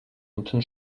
bunten